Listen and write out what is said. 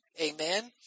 Amen